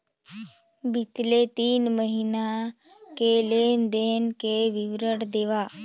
बितले तीन महीना के लेन देन के विवरण देवा?